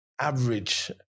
average